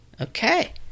Okay